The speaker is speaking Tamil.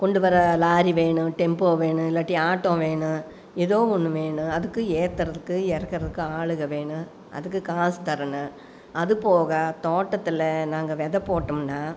கொண்டு வர லாரி வேணும் டெம்போ வேணும் இல்லாட்டி ஆட்டோ வேணும் ஏதோ ஒன்று வேணும் அதுக்கு ஏற்றறதுக்கு இறக்கறக்கு ஆளுகள் வேணும் அதுக்கு காசு தரணும் அது போக தோட்டத்தில் நாங்கள் வெதை போட்டோம்னா